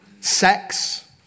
Sex